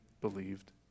believed